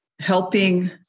helping